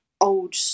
old